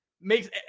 makes